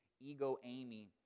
ego-aiming